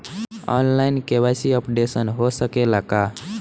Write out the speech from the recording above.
आन line KYC updation हो सकेला का?